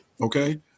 okay